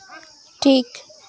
ᱴᱷᱤᱠ